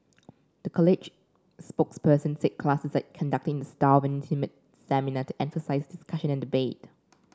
the college spokesperson said classes are conducted in the style of an intimate seminar to emphasise discussion and debate